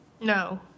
No